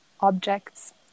objects